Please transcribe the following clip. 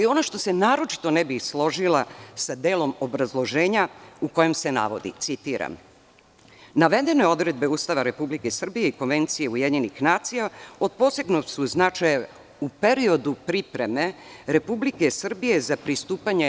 Ono gde se naročito ne bih složila sa delom obrazloženja u kojem se navodi, citiram: „Navedene odredbe Ustava Republike Srbije i Konvencije UN od posebnog su značaja u periodu pripreme Republike Srbije za pristupanje EU.